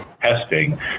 testing